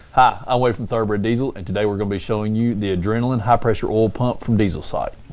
ah wade from thoroughbred diesel. and today we're going to be showing you the adrenaline high pressure oil pump from diesel site.